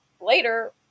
later